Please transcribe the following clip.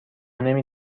نمی